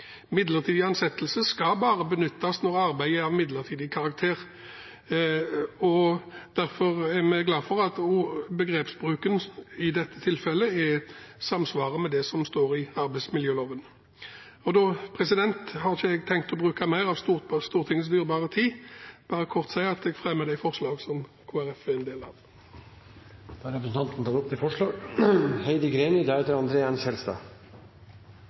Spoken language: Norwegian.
Midlertidig ansettelse skal bare benyttes når arbeidet er av midlertidig karakter. Derfor er vi glad for at begrepsbruken i dette tilfellet samsvarer med det som står i arbeidsmiljøloven. Da har jeg ikke tenkt å bruke mer av Stortingets dyrebare tid. Departementet sier i sin begrunnelse for forslaget til ny lov om statens ansatte at loven må være tilpasset en moderne statsforvaltning, og at en